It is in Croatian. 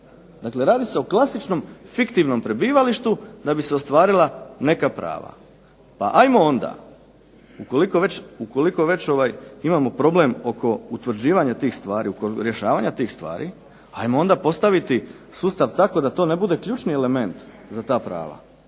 Dakle radi se o klasičnom fiktivnom prebivalištu da bi se ostvarila neka prava. Pa ajmo onda, ukoliko već imamo problem oko utvrđivanja tih stvari, oko rješavanja tih stvari, ajmo onda postaviti sustav tako da to ne bude ključni element za ta prava.